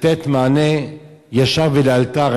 לתת מענה ישר ולאלתר.